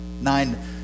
Nine